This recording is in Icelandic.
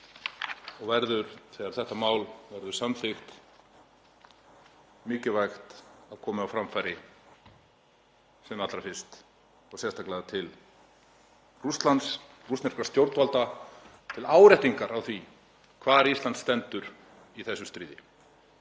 Það verður, þegar þetta mál verður samþykkt, mikilvægt að koma því á framfæri sem allra fyrst og sérstaklega til rússneskra stjórnvalda til áréttingar á því hvar Ísland stendur í þessu stríði.